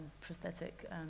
prosthetic